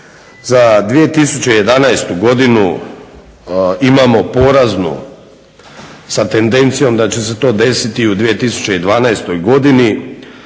za 2011. godinu imamo poraznu sa tendencijom da će se to desiti i u 2012. godini.